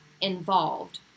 involved